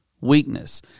weakness